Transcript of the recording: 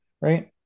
right